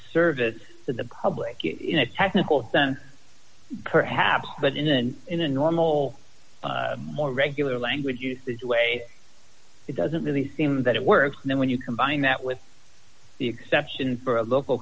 service to the public in a technical sense perhaps but it isn't in a normal more regular language usage way it doesn't really seem that it works then when you combine that with the exception for a local